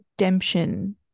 Redemption